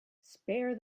spare